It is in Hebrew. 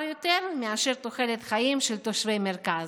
יותר מאשר תוחלת החיים של תושבי המרכז.